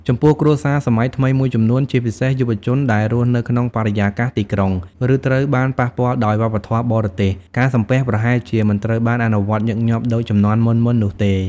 ចំពោះគ្រួសារសម័យថ្មីមួយចំនួន ជាពិសេសយុវជនដែលរស់នៅក្នុងបរិយាកាសទីក្រុង ឬត្រូវបានប៉ះពាល់ដោយវប្បធម៌បរទេស ការសំពះប្រហែលជាមិនត្រូវបានអនុវត្តញឹកញាប់ដូចជំនាន់មុនៗនោះទេ។